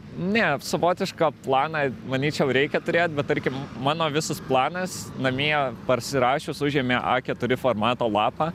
ne savotišką planą manyčiau reikia turėt bet tarkim mano visas planas namie parsirašius užėmė a keturi formato lapą